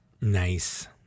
Nice